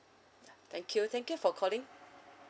thank you thank you for calling